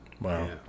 Wow